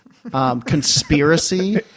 Conspiracy